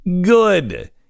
Good